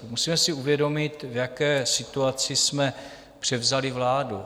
Musíme si uvědomit, v jaké situaci jsme převzali vládu.